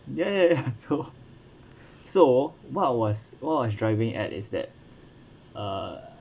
ya so so what was what was driving at is that uh